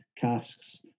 casks